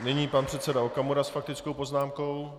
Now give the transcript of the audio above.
Nyní pan předseda Okamura s faktickou poznámkou.